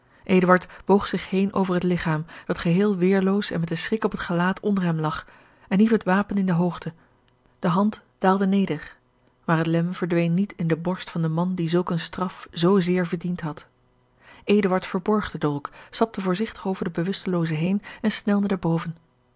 boog zich heen over het ligchaam dat geheel weêrloos en met den schrik op het gelaat onder hem lag en hief het wapen in de hoogte de hand daalde neder maar het lem verdween niet in de borst van den man die zulk eene straf zoo zeer verdiend had eduard verborg den dolk stapte voorzigtig over den bewustelooze heen en snelde naar boven